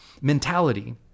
mentality